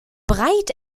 breit